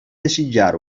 desitjar